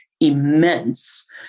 immense